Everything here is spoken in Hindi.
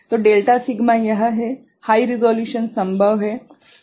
तो डेल्टा सिग्मा यह है - हाइ रिसोलुशन संभव है